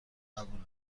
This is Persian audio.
قبوله